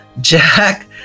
Jack